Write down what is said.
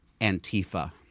Antifa